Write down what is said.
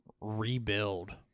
rebuild